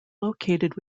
located